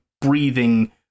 breathing